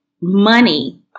money